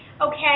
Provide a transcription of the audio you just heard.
Okay